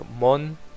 Mon